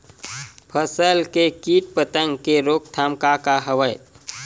फसल के कीट पतंग के रोकथाम का का हवय?